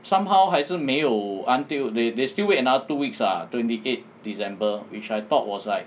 somehow 还是没有 until they they still wait another two weeks ah twenty eight december which I thought was like